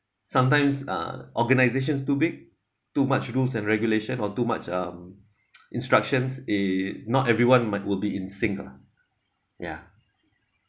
sometimes uh organisations too big too much rules and regulation or too much um instructions it not everyone might will be in sync ah ya